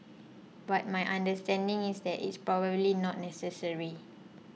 but my understanding is that it's probably not necessary